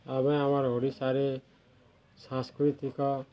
ଆମ ପାଇଁ ଆମର ଓଡ଼ିଶାରେ ସାଂସ୍କୃତିକ